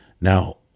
Now